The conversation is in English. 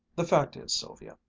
the fact is, sylvia,